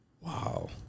Wow